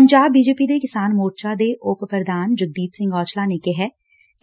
Punjab BJP ਦੇ ਕਿਸਾਨ ਮੋਰਚਾ ਦੇ ਉਪ ਪ੍ਰਧਾਨ ਜਗਦੀਪ ਸਿੰਘ ਔਜਲਾ ਨੇ ਕਿਹਾ